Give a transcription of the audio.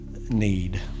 need